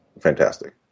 fantastic